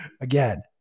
again